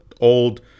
old